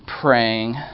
praying